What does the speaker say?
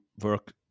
work